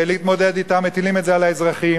להתמודד אתו ומטילים את זה על האזרחים.